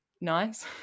nice